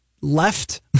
left